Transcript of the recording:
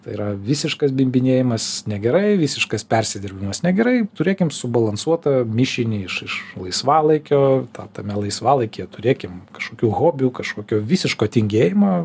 tai yra visiškas bimbinėjimas negerai visiškas persidirbimas negerai turėkim subalansuotą mišinį iš iš laisvalaikio tame laisvalaikyje turėkim kažkokių hobių kažkokio visiško tingėjimo